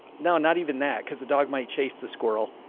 now, not even that cause the dog might chase the squirrel. ah,